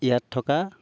ইয়াত থকা